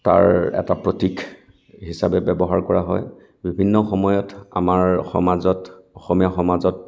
তাৰ এটা প্ৰতীক হিচাপে ব্যৱহাৰ কৰা হয় বিভিন্ন সময়ত আমাৰ সমাজত অসমীয়া সমাজত